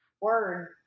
Word